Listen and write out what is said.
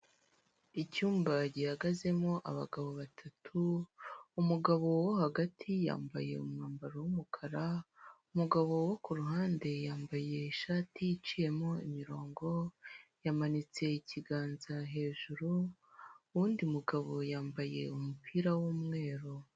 Icyumba gihagazemo abagabo batatu, umugabo wo hagati yambaye umwambaro w'umukara, umugabo wo ku ruhande yambaye ishati iciyemo imirongo, yamanitse ikiganza hejuru, uwundi mugabo yambaye umupira w'umweru.